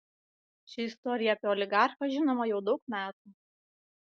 ši istorija apie oligarchą žinoma jau daug metų